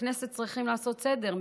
בכנסת צריכים לעשות סדר.